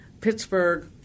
Pittsburgh